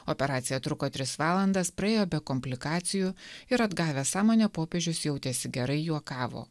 operacija truko tris valandas praėjo be komplikacijų ir atgavęs sąmonę popiežius jautėsi gerai juokavo